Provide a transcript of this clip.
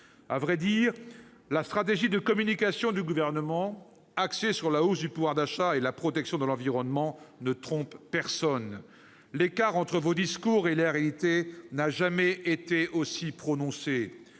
À vrai dire, la stratégie de communication du Gouvernement, axée sur la hausse du pouvoir d'achat et la protection de l'environnement, ne trompe personne. L'écart entre vos discours et la réalité n'a jamais été aussi prononcé